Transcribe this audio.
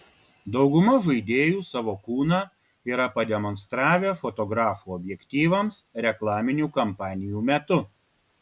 dauguma žaidėjų savo kūną yra pademonstravę fotografų objektyvams reklaminių kampanijų metu